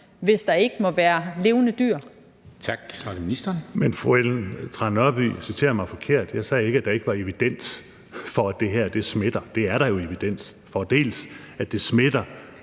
fiskeri og ligestilling (Mogens Jensen): Men fru Ellen Trane Nørby citerer mig forkert. Jeg sagde ikke, at der ikke var evidens for, at det her smitter. Det er der jo evidens for, dels at det smitter